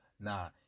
Nah